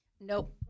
Nope